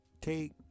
take